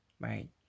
right